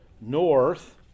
north